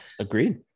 agreed